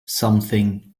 something